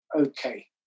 Okay